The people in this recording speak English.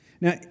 Now